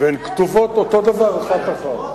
והן כתובות אותו דבר אחת-אחת.